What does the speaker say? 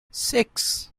six